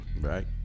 Right